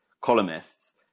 columnists